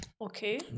Okay